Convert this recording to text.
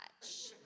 touch